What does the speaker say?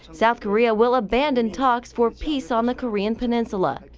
south korea will abandon talks for peace on the korean peninsula.